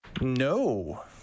No